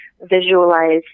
visualize